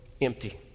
empty